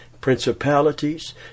principalities